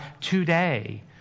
today